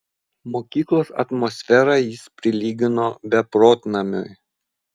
mokyklos atmosferą jis prilygino beprotnamiui